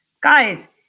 Guys